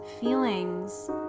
feelings